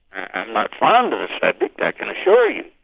i'm not fond of the subject, i can assure you.